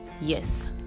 Yes